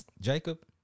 Jacob